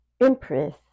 empress